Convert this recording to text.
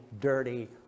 dirty